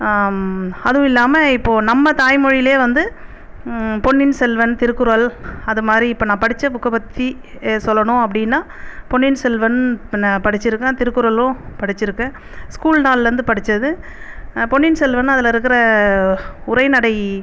அதுவும் இல்லாமல் இப்போ நம்ம தாய் மொழியிலே வந்து பொன்னியின் செல்வன் திருக்குறள் அதுமாதிரி இப்போ நான் படிச்ச புக்க பற்றி சொல்லணும் அப்படின்னா பொன்னியின் செல்வன் இப்போது நான் படிச்சுருக்கேன் திருக்குறளும் படிச்சுருக்கேன் ஸ்கூல் நாள்லேருந்து படிச்சது பொன்னியின் செல்வன் அதில் இருக்கிற உரைநடை